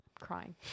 crying